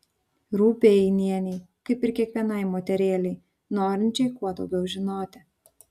rūpi einienei kaip ir kiekvienai moterėlei norinčiai kuo daugiau žinoti